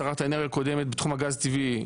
שרת האנרגיה הקודמת בתחום הגז הטבעי,